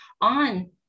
on